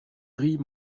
ris